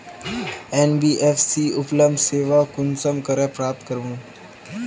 NBFC उपलब्ध सेवा कुंसम करे प्राप्त करूम?